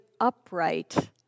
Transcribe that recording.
upright